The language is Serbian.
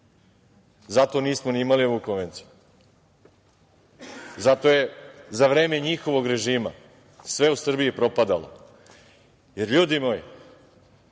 zato nismo ni imali ovu konvenciju. Zato je za vreme njihovog režima sve u Srbiji propadalo. Ljudi moji,